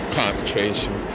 concentration